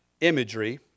imagery